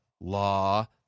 law